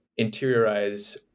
interiorize